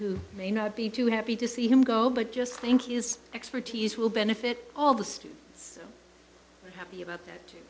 who may not be too happy to see him go but just thank you expertise will benefit all the students are happy about that